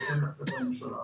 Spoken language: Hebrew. בהתאם להחלטת הממשלה.